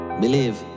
believe